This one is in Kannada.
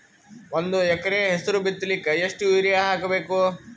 ಒಂದ್ ಎಕರ ಹೆಸರು ಬಿತ್ತಲಿಕ ಎಷ್ಟು ಯೂರಿಯ ಹಾಕಬೇಕು?